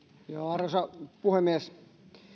arvoisa puhemies